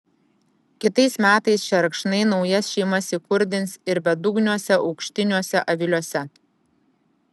kitais metais šerkšnai naujas šeimas įkurdins ir bedugniuose aukštiniuose aviliuose